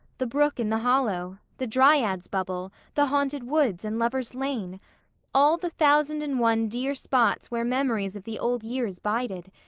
the brook in the hollow, the dryad's bubble, the haunted woods, and lover's lane all the thousand and one dear spots where memories of the old years bided.